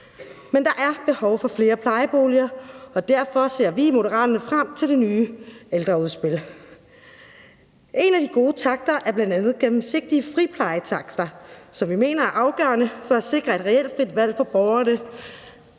Men der er behov for flere plejeboliger, og derfor ser vi i Moderaterne frem til det nye ældreudspil. En af de gode takter er bl.a. gennemsigtige friplejetakster, som vi mener er afgørende for at sikre et reelt frit valg for borgerne.